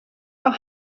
are